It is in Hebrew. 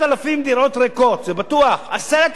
זה בטוח: 10,000 דירות ריקות בירושלים.